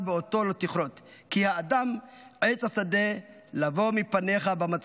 ואֹתו לא תכרות כי האדם עץ השדה לבוא מפניך במצור".